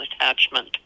attachment